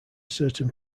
certain